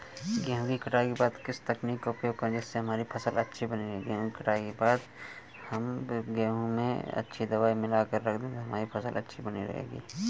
गेहूँ की कटाई के बाद किस तकनीक का उपयोग करें जिससे हमारी फसल अच्छी बनी रहे?